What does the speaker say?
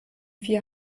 vier